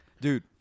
Dude